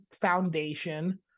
foundation